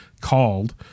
called